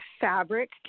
fabric